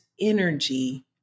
energy